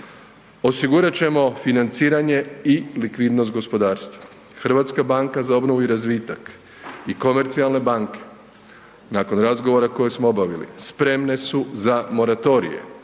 Osigurat ćemo financiranje i likvidnost gospodarstva. HBOR i komercijalne banke nakon razgovora koje smo obavili spremne su za moratorije,